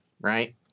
right